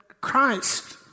Christ